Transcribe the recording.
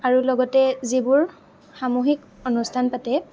আৰু লগতে যিবোৰ সামূহিক অনুষ্ঠান পাতে